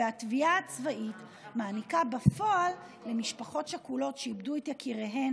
והתביעה הצבאית מעניקה בפועל למשפחות שכולות שאיבדו את יקיריהן